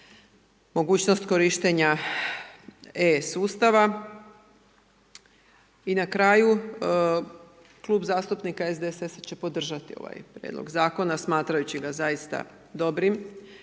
mogućnost korištenja e-sustava. I na kraju, Klub zastupnika SDSS-a će podržati ovaj prijedlog zakona smatrajući ga zaista dobrim.